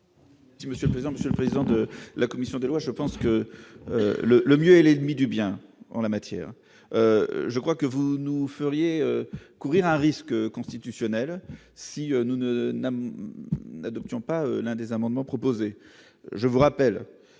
vote. Monsieur présente ce président de la commission des lois, je pense que le le mieux est l'ennemi du bien en la matière, je crois que vous nous feriez courir un risque constitutionnel si nous ne n'adoption pas l'un des amendements proposés, je vous rappelle